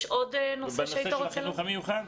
בנושא של החינוך המיוחד,